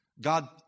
God